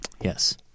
Yes